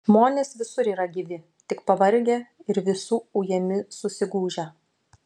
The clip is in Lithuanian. žmonės visur yra gyvi tik pavargę ir visų ujami susigūžę